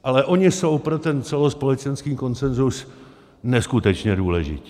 Ale oni jsou pro ten celospolečenský konsenzus neskutečně důležití.